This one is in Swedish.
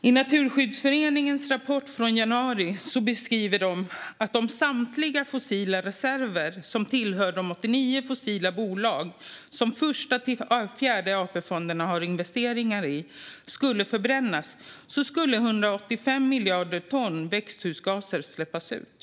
I sin rapport från januari beskriver Naturskyddsföreningen att om samtliga fossila reserver som tillhör de 89 fossila bolag som Första-Fjärde AP-fonden har investeringar i skulle förbrännas skulle 185 miljarder ton växthusgaser släppas ut.